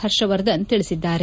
ಪರ್ಷವರ್ಧನ್ ತಿಳಿಸಿದ್ದಾರೆ